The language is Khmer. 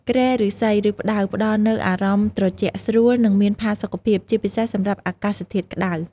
គ្រែឫស្សី ឬផ្តៅផ្តល់នូវអារម្មណ៍ត្រជាក់ស្រួល និងមានផាសុកភាព ជាពិសេសសម្រាប់អាកាសធាតុក្តៅ។